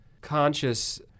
conscious